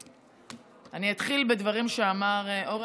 אני אתחיל בדברים שאמר אורן,